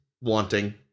wanting